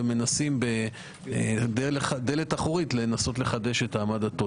ומנסים בדלת אחורית לחדש את העמדתו.